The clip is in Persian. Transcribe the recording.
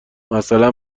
مثلا